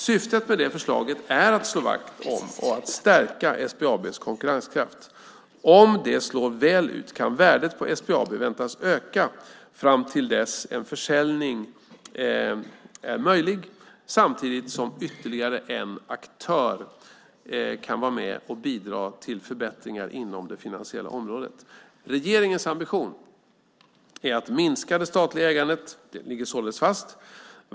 Syftet med detta förslag är att slå vakt om och stärka SBAB:s konkurrenskraft. Om det slår väl ut kan värdet på SBAB väntas öka fram till dess en försäljning är möjlig, samtidigt som ytterligare en aktör kan vara med och bidra till förbättringar inom det finansiella området. Regeringens ambition att minska det statliga ägandet ligger således fast.